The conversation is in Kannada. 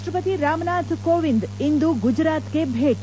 ರಾಷ್ಟ ಪತಿ ರಾಮನಾಥ್ ಕೋವಿಂದ್ ಇಂದು ಗುಜರಾತ್ಗೆ ಭೇಟಿ